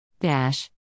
Dash